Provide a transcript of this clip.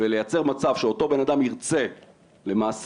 ולייצר מצב שאותו בנאדם ירצה למעשה,